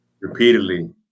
repeatedly